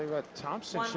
what thompson,